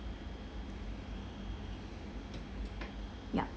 yup